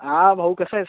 हां भाऊ कसा आहेस